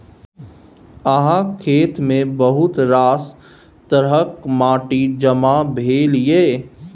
अहाँक खेतमे बहुत रास तरहक माटि जमा भेल यै